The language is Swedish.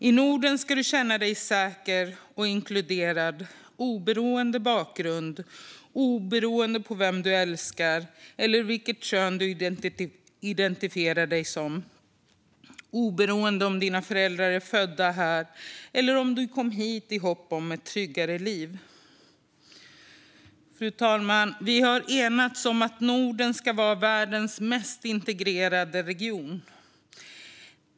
I Norden ska du känna dig säker och inkluderad oberoende av bakgrund, oberoende av vem du älskar eller vilket kön du identifierar dig som och oberoende av om dina förfäder är födda här eller om du kom hit i hopp om ett tryggare liv. Fru talman! Vi har enats om att Norden ska vara världens mest integrerade region.